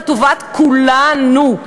לטובת כולנו.